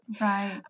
Right